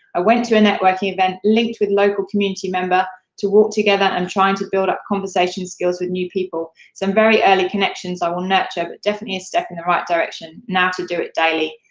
went to a networking event, linked with a local community member to work together and trying to build up conversation skills with new people. some very early connections i will nurture, but definitely a step in the right direction. now, to do it daily.